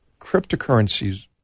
cryptocurrencies